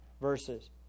verses